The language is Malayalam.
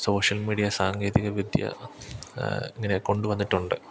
സോഷ്യൽ മീഡിയ സാങ്കേതികവിദ്യ ഇങ്ങനെ കൊണ്ട് വന്നിട്ടുണ്ട്